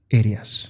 areas